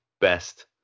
best